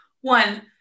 One